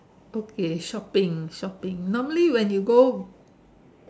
okay shopping shopping normally when you go